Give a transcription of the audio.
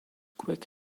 quick